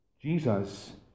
Jesus